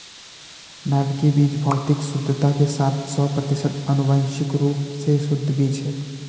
नाभिकीय बीज भौतिक शुद्धता के साथ सौ प्रतिशत आनुवंशिक रूप से शुद्ध बीज है